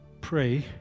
pray